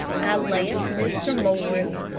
i left mr, morris,